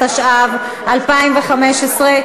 התשע"ו 2015,